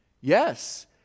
Yes